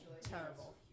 Terrible